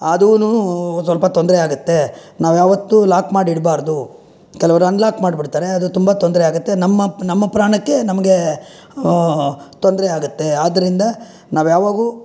ಅದೂ ಸ್ವಲ್ಪ ತೊಂದರೆ ಆಗುತ್ತೆ ನಾವು ಯಾವತ್ತೂ ಲಾಕ್ ಮಾಡಿಡಬಾರ್ದು ಕೆಲವ್ರು ಅನ್ಲಾಕ್ ಮಾಡಿಬಿಡ್ತಾರೆ ಅದು ತುಂಬ ತೊಂದರೆ ಆಗುತ್ತೆ ನಮ್ಮ ನಮ್ಮ ಪ್ರಾಣಕ್ಕೆ ನಮಗೆ ತೊಂದರೆ ಆಗುತ್ತೆ ಆದ್ದರಿಂದ ನಾವು ಯಾವಾಗ್ಲೂ